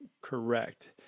correct